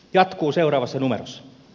jatkuu seuraavassa numerossa